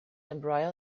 embroider